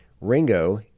Ringo